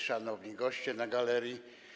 Szanowni Goście na Galerii!